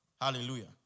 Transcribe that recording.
Hallelujah